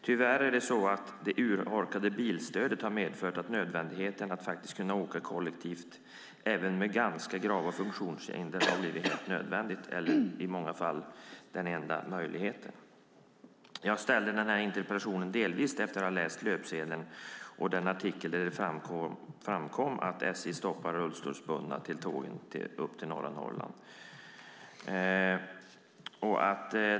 Tyvärr har det urholkade bilstödet medfört att det har blivit helt nödvändigt även för personer med ganska grava funktionshinder att faktiskt kunna åka kollektivt, och i många fall den enda möjligheten. Jag ställde denna interpellation delvis efter att ha läst en löpsedel och en artikel där det framkom att SJ stoppar rullstolsbundna på tågen upp till norra Norrland.